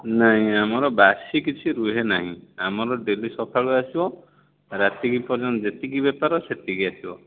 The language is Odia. ନାହିଁ ଆମର ବାସି କିଛି ରୁହେ ନାହିଁ ଆମର ଡେଲି ସକାଳୁ ଆସିବ ରାତିକୁ ପର୍ଯ୍ୟନ୍ତ ଯେତିକି ବେପାର ସେତିକି ଆସିବ